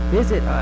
visit